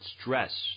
stress